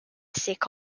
sick